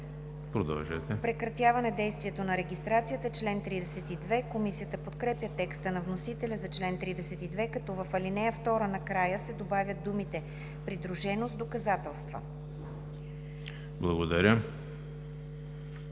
„отмяна“. „Прекратяване действието на регистрацията – чл. 32“. Комисията подкрепя текста на вносителя за чл. 32, като в ал. 2 накрая се добавят думите „придружено с доказателства“.